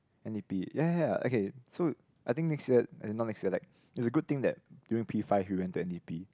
N_D_P ya ya ya okay so I think next year eh not next year like it's a good thing that during P five you went to N_D_P